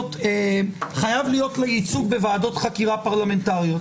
להיות ייצוג בוועדות חקירה פרלמנטריות.